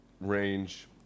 range